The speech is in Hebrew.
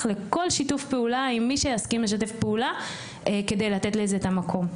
לכל שיתוף פעולה עם מי שיסכים לשתף פעולה כדי לתת לזה את המקום.